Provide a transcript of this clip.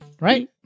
Right